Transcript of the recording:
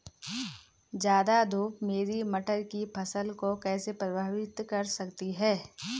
ज़्यादा धूप मेरी मटर की फसल को कैसे प्रभावित कर सकती है?